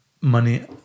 money